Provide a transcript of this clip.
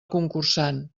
concursant